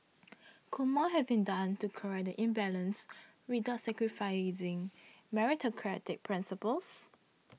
could more have been done to correct the imbalance without sacrificing meritocratic principles